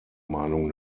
meinung